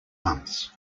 months